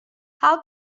how